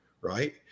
right